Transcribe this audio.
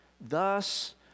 Thus